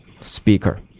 speaker